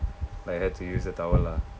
I had to use a towel lah